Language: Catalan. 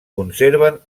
conserven